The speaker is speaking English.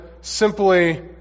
simply